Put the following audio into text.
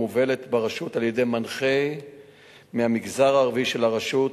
ומובלת ברשות על-ידי מנחה מהמגזר הערבי של הרשות,